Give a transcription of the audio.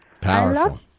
Powerful